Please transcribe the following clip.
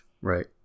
Right